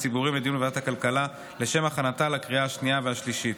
ציבוריים לדיון בוועדת הכלכלה לשם הכנתה לקריאה השנייה והשלישית.